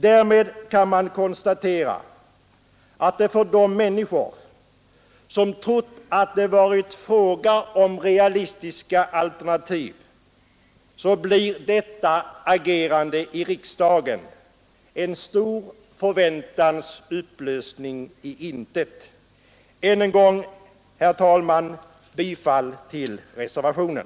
Därmed kan man bara konstatera att för de människor som trott att det varit fråga om realistiska alternativ blir detta agerande i riksdagen en stor förväntans upplösning i intet. Än en gång, herr talman, yrkar jag bifall till reservationen.